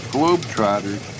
Globetrotters